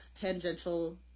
tangential